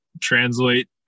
translate